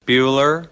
Bueller